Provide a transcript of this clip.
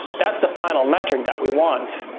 that's the final metric that we want.